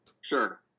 Sure